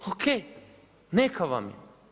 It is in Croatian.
O.k. neka vam je.